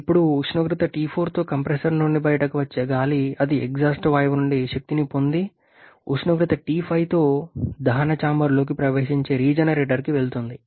ఇప్పుడు ఉష్ణోగ్రత T4తో కంప్రెసర్ నుండి బయటకు వచ్చే గాలి అది ఎగ్జాస్ట్ వాయువు నుండి శక్తిని పొంది ఉష్ణోగ్రత T5తో దహన చాంబర్లోకి ప్రవేశించే రీజెనరేటర్కి వెళుతుంది